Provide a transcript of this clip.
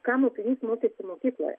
ką mokinys mokėsi mokykloje